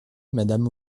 madame